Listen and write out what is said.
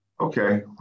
okay